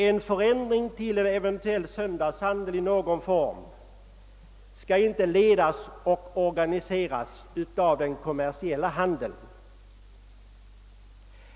En förändring till en eventuell söndagshandel i någon form skall inte ledas och organiseras av den kommersiella handeln.